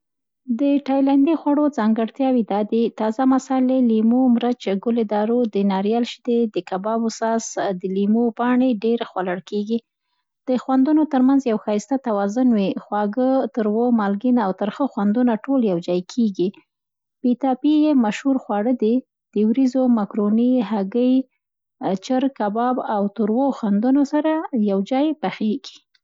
د تایلنډي خوړو ځانګړتیاوې دا دي. تازه مصالې، لیمو، مرچ، ګل‌دارو، د ناریال شیدې، د کبانو ساس، د لیمو پاڼې ډېر کارول کېږي. د خوندونو ترمنځ یو ښایسته توازن وي، خواږه، تروه، مالګین او تریخ خوندونه ټول یوجای کېږي. پي تاپي یې مشهور خواړه دي، د وریځو، مکروني، هګۍ، چرګ، کب د او تریو خوندونو سره جای پخېږي.